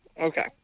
Okay